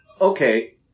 Okay